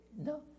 No